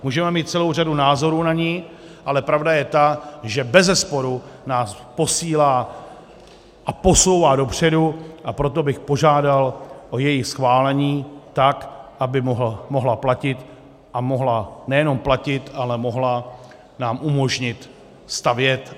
Můžeme mít celou řadu názorů na ni, ale pravda je ta, že bezesporu nás posílá a posouvá dopředu, a proto bych požádal o její schválení tak, aby mohla platit, a mohla nejenom platit, ale mohla nám umožnit stavět.